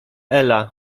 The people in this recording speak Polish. ela